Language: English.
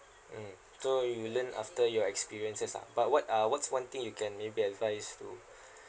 mm so you learn after your experiences ah but what are what's one thing you can maybe advise to